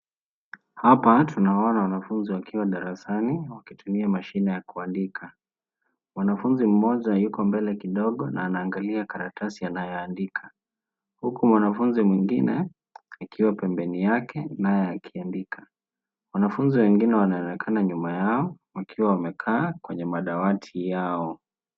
Hapa tunaona wanafunzi wakiwa darasani wakitumia mashine ya kuandika. Mwanafunzi mmoja yuko mbele kidogo na anaangalia karatasi anayoandika. Huku wanafunzi mwingine akiwa pembeni yake naye akiandika. Wanafunzi wengine wanaonekana nyuma yao wakiwa wamekaa kwenye madawati yao.